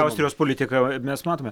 austrijos politiką mes matome